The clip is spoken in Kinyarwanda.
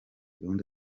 gahunda